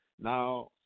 Now